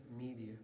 media